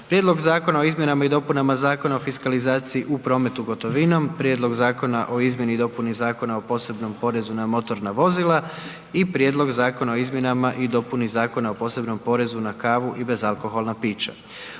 Prijedlog Zakona o izmjenama i dopunama Zakona o fiskalizaciji u prometu gotovinom, Prijedlog Zakona o izmjeni i dopuni Zakona o posebnom porezu na motorna vozila i Prijedlog Zakona o izmjenama i dopuni Zakona o posebnom porezu na kavu i bezalkoholna pića.